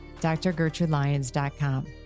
drgertrudelyons.com